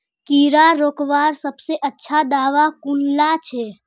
कीड़ा रोकवार सबसे अच्छा दाबा कुनला छे?